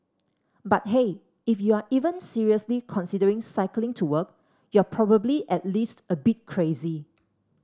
but hey if you're even seriously considering cycling to work you're probably at least a bit crazy